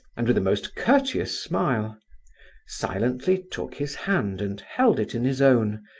and with a most courteous smile silently took his hand and held it in his own,